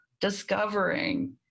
discovering